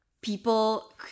people